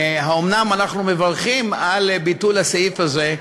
אומנם אנחנו מברכים על ביטול הסעיף הזה,